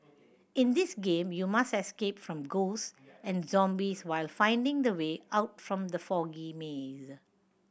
in this game you must escape from ghost and zombies while finding the way out from the foggy maze